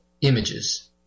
images